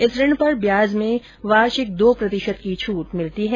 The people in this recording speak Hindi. इस ऋण पर ब्याज में वार्षिक दो प्रतिशत की छूट मिलती है